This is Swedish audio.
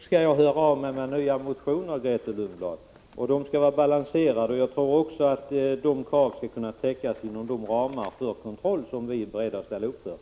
Eftersom ingen talare är anmäld beträffande jordbruksutskottets betänkande 22, övergår kammaren nu till att fatta beslut i samtliga ärenden. Jordbruksutskottets betänkande 17